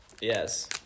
Yes